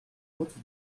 route